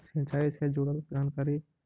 सिंचाई से जुड़ल जानकारी?